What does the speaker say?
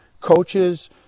coaches